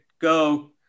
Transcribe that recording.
go